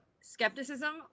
skepticism